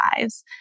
lives